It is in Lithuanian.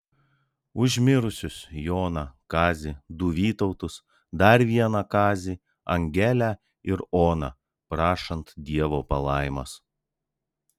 už mirusius joną kazį du vytautus dar vieną kazį angelę ir oną prašant dievo palaimos